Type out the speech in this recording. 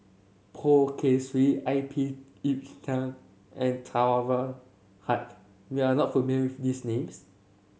Poh Kay Swee I P Yiu Tung and Haque you are not familiar with these names